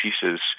pieces